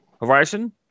horizon